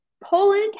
Poland